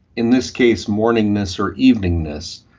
in this case morningness or eveningness,